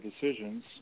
decisions